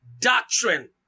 doctrine